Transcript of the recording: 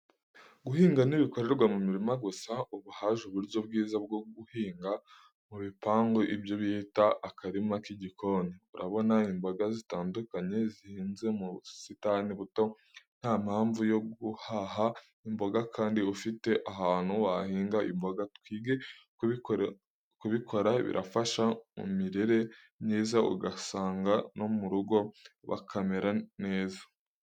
Guhinga ntibikorerwa mu mirima gusa, ubu haje uburyo bwiza bwo guhinga mu bipangu ibyo bita akarima k'igikoni, urabona imboga zitandukanye zihinze mu busitani buto. Ntampamvu yo guhaha imboga kandi ufite ahantu wahinga imboga, twige kubikora birafasha mu mirire myiza ugasanga no mu rugo bakamera neza.